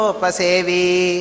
Pasevi